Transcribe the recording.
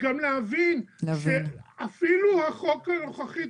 גם להבין שאפילו החוק הנוכחי,